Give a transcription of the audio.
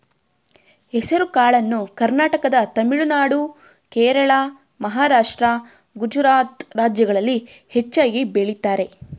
ಹೆಸರುಕಾಳನ್ನು ಕರ್ನಾಟಕ ತಮಿಳುನಾಡು, ಕೇರಳ, ಮಹಾರಾಷ್ಟ್ರ, ಗುಜರಾತ್ ರಾಜ್ಯಗಳಲ್ಲಿ ಹೆಚ್ಚಾಗಿ ಬೆಳಿತರೆ